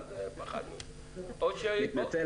ימסור